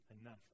enough